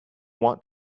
want